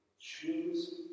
choose